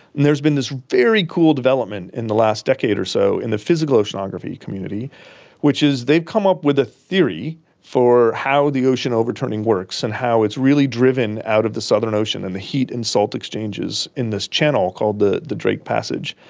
and there has been this very cool development in the last decade or so in the physical oceanography community which is they've come up with a theory for how the ocean overturning works and how it is really driven out of the southern ocean and the heat and salt exchanges in this channel called the the drake passage.